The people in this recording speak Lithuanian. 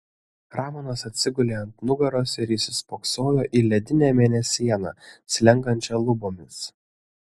ramonas atsigulė ant nugaros ir įsispoksojo į ledinę mėnesieną slenkančią lubomis